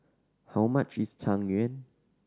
how much is Tang Yuen